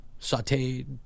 Sauteed